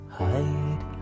hide